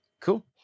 Cool